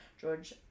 George